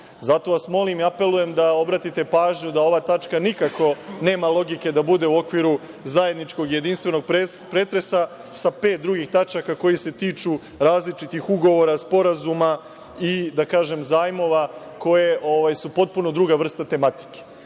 čuje. Zato vas molim i apelujem da obratite pažnju da ova tačka nikako nema logike da bude u okviru zajedničkog jedinstvenog pretresa sa pet drugih tačaka koje se tiču različitih ugovora, sporazuma i, da kažem, zajmova, koji su potpuno druga vrsta tematike. Moglo